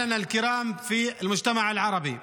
(אומר דברים בשפה הערבית.)